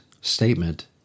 statement